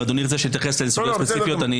ואם אדוני ירצה שאתייחס לסוגיות ספציפיות אני